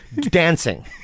dancing